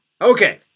Okay